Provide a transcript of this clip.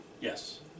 Yes